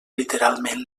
literalment